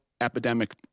epidemic